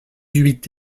huit